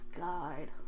Guide